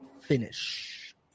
finish